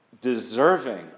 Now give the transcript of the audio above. deserving